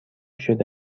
شده